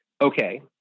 Okay